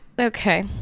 Okay